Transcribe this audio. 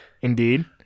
Indeed